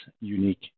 unique